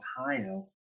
Ohio